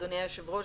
אדוני היושב-ראש,